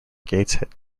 gateshead